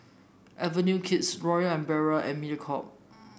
Avenue Kids Royal Umbrella and Mediacorp